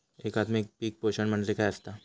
एकात्मिक पीक पोषण म्हणजे काय असतां?